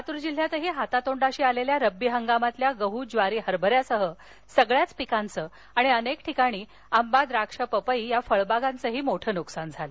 लातूर जिल्ह्यातही हातातोंडाशी आलेल्या रब्बी हंगामातील गहु ज्वारी हरभऱ्यासह सर्वच पिकांचं आणि अनेक ठिकाणी आंबा द्राक्षं पपई या फळबागांचंही मोठं नुकसान झालं